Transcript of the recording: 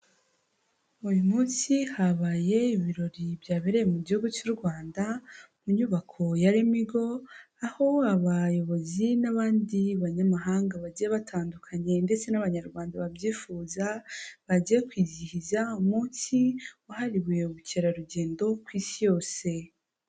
Uyu munsi habaye, ibirori byabereye mu gihugu cy'u Rwanda ku nyubako ya Lemigo, aho abayobozi n'abandi banyamahanga bagiye batandukanye ndetse n'abanyarwanda babyifuza, bagiye kwizihiza umunsi wahariwe ubukerarugendo, ku isi yose.